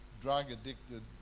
drug-addicted